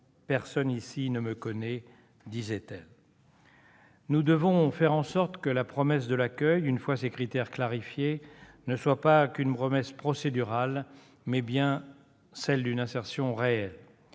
Et personne ici ne sait qui je suis !», disait-elle. Nous devons faire en sorte que la promesse de l'accueil, une fois ses critères clarifiés, ne soit pas qu'une promesse procédurale ; qu'elle soit bien celle d'une insertion réelle.